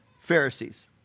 Pharisees